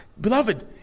Beloved